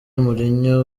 mourinho